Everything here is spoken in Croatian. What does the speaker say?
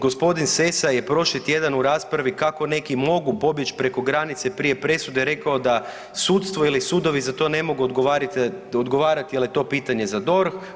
Gospodin Sessa je prošli tjedan u raspravi kako neki mogu pobjeći preko granice prije presude rekao da sudstvo ili sudovi za to ne mogu odgovarati jer je to pitanje za DORH.